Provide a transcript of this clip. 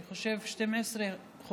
אני חושב שהיום יש 12 חוקי-יסוד,